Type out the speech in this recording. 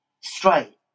straight